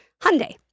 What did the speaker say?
Hyundai